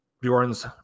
Bjorn's